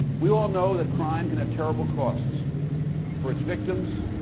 we all know that crime can have terrible costs for its victims